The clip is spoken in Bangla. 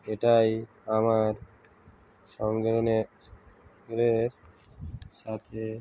এটাই আমার সংগ্রহের সাথে